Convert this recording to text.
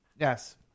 Yes